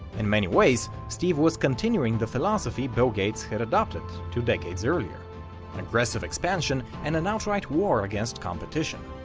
in many ways, steve was continuing the philosophy bill gates had adopted two decades earlier aggressive expansion and an outright war against competition.